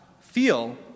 feel